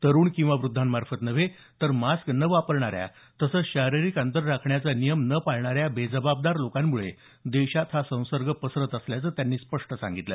तरुण किंवा वृद्धांमार्फत नव्हे तर मास्क न वापरणाऱ्या तसंच शारीरिक अंतर राखण्याचा नियम न पाळणाऱ्या बेजबाबदार लोकांमुळे देशात हा संसर्ग पसरत असल्याचं त्यांनी स्पष्ट सांगितलं